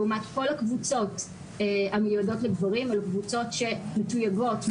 לעומת כל הקבוצות המיועדות לגברים אלה קבוצות שמתוייגות,